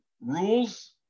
rules